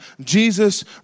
Jesus